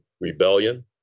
rebellion